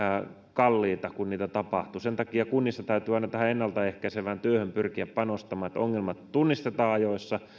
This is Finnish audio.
kalliita kun niitä tapahtuu sen takia kunnissa täytyy aina ennalta ehkäisevään työhön pyrkiä panostamaan että ongelmat tunnistetaan ajoissa